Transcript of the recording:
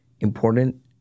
important